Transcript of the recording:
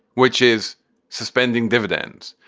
which is suspending dividends.